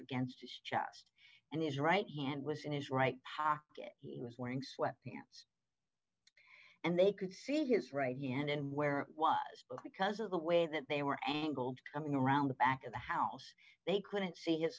against his chest and his right hand was in his right pocket he was wearing sweatpants and they could see his right hand and where it was because of the way that they were angled coming around the back of the house they couldn't see his